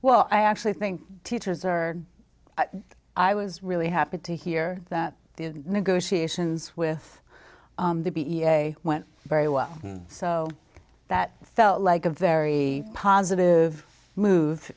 well i actually think teachers are i was really happy to hear that the negotiations with the b s a went very well so that felt like a very positive move